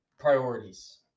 priorities